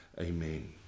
Amen